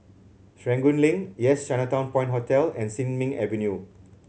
Serangoon Link Yes Chinatown Point Hotel and Sin Ming Avenue